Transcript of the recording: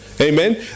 Amen